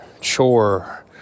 chore